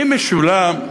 שמשולה,